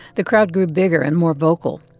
the crowd grew bigger and more vocal.